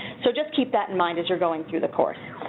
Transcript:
so just keep that in mind as you're going through the course